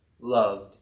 loved